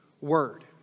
word